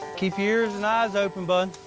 keep your ears and eyes open, bud,